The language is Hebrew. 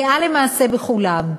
גאה למעשה בכולם,